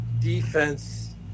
defense